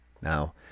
Now